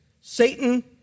Satan